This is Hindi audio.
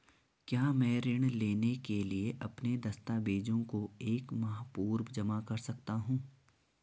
क्या मैं ऋण लेने के लिए अपने दस्तावेज़ों को एक माह पूर्व जमा कर सकता हूँ?